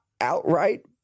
outright